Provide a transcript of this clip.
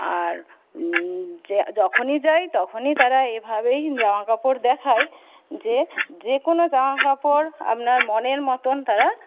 আর যখনই যাই তখনই তারা এইভাবেই জামাকাপড় দেখায় যে যে কোনো জামাকাপড় আপনার মনের মতন তারা